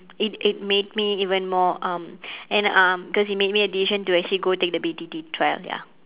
it it made me even more um and um cause it made me the decision to go take the B_T_T trial ya